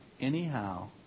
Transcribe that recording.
anyhow